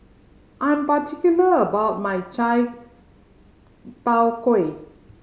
I'm particular about my chai tow kway